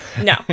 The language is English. No